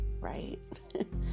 right